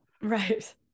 Right